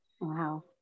Wow